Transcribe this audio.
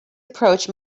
approach